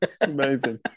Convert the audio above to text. amazing